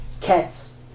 cats